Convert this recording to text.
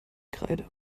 kreide